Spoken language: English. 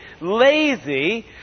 lazy